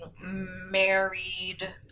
married